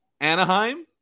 Anaheim